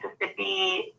Mississippi